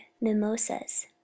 mimosas